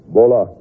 Bola